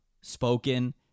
Spoken